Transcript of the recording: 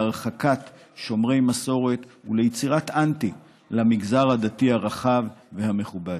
להרחקת שומרי מסורת וליצירת אנטי למגזר הדתי הרחב והמכובד.